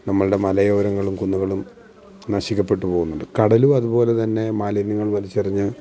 നമ്മളുടെ മലയോരങ്ങളും കുന്നുകളും നശിക്കപ്പെട്ട് പോവുന്നുണ്ട് കടലും അതുപോലെതന്നെ മാലിന്യങ്ങൾ വലിച്ചെറിഞ്ഞ്